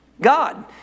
God